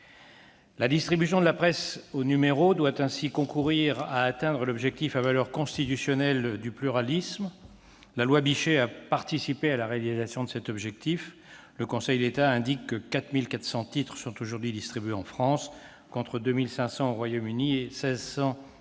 La distribution de la presse au numéro doit ainsi concourir à ce que soit atteint l'objectif à valeur constitutionnelle du pluralisme. La loi Bichet a contribué à la réalisation de cet objectif : le Conseil d'État indique que quelque 4 400 titres sont aujourd'hui distribués en France, contre 2 500 au Royaume-Uni et 1